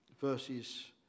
verses